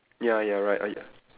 ya you're right !aiya!